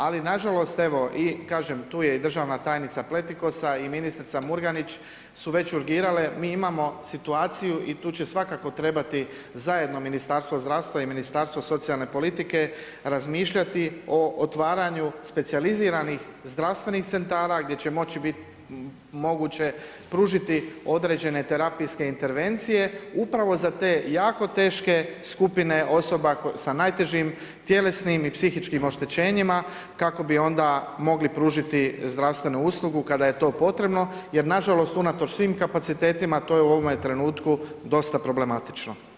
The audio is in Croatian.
Ali nažalost evo kažem i tu je državna tajnica Pletikosa i ministrica Murganić su već urgirale, mi imamo situaciju i tu će svakako trebati zajedno Ministarstvo zdravstva i Ministarstvo socijalne politike razmišljati o otvaranju specijaliziranih zdravstvenih centara gdje će moći biti moguće pružiti određene terapijske intervencije upravo za te jako teške skupine osoba sa najtežim tjelesnim i psihičkim oštećenjima kako bi onda mogli pružati zdravstvenu uslugu kada je to potrebno jer nažalost unatoč svim kapacitetima to je u ovome trenutku dosta problematično.